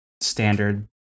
standard